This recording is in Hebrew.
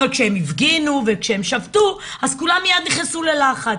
אבל כשהם הפגינו וכשהם שבתו אז כולם מיד נכנסו ללחץ,